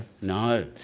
No